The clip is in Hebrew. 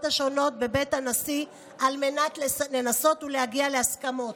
השונות בבית הנשיא על מנת לנסות ולהגיע להסכמות.